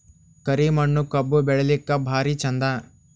ಕರಿ ಮಣ್ಣು ಕಬ್ಬು ಬೆಳಿಲ್ಲಾಕ ಭಾರಿ ಚಂದ?